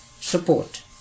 support